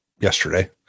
Yesterday